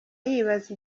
yibaza